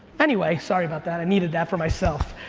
anyway, sorry about that. i needed that for myself.